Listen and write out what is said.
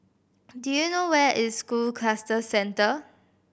do you know where is School Cluster Centre